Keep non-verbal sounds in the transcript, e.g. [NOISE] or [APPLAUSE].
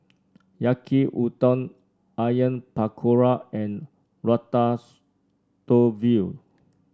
Yaki Udon Onion Pakora and [UNINTELLIGIBLE]